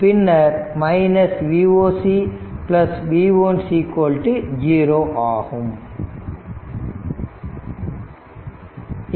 பின்னர் V o c v 1 0 ஆகும்